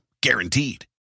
Guaranteed